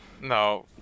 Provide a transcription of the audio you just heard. No